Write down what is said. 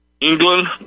England